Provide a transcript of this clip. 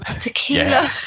Tequila